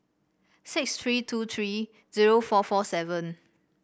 six tree two tree zero four four seven